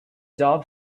job